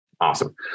Awesome